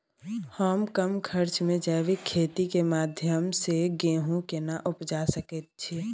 हम कम खर्च में जैविक खेती के माध्यम से गेहूं केना उपजा सकेत छी?